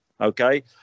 Okay